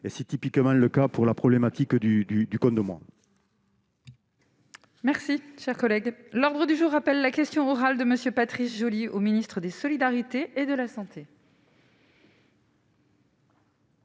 et c'est typiquement le cas pour la problématique du du du de monde. Merci, cher collègue, l'ordre du jour appelle la question orale de Monsieur Patrice Joly au ministre des solidarités et de la santé.